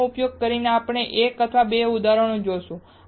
આનો ઉપયોગ કરીને આપણે એક કે બે ઉદાહરણો પછી જોશું